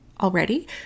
already